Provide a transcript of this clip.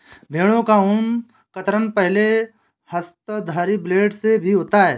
भेड़ों का ऊन कतरन पहले हस्तधारी ब्लेड से भी होता है